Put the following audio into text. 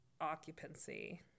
occupancy